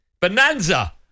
Bonanza